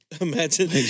Imagine